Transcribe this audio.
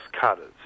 cutters